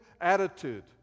attitude